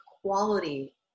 quality